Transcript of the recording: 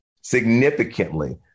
significantly